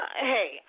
Hey